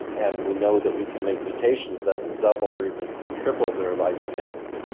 and we know that we can make mutations that will double or even triple their lifespans.